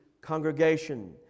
congregation